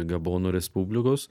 gabono respublikos